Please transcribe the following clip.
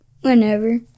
Whenever